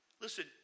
Listen